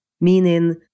meaning